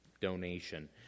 donation